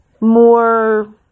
more